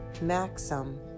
maxim